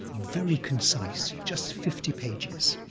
very concise, just fifty pages,